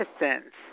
innocence